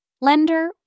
lender